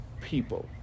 people